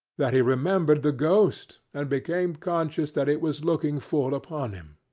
that he remembered the ghost, and became conscious that it was looking full upon him,